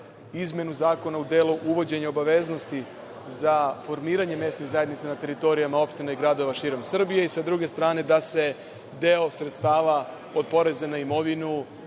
izmenu Zakona u delu uvođenja obaveznosti za formiranje mesnih zajednica na teritorijama opština i gradova širom Srbije, a sa druge strane da se deo sredstava od poreza na imovinu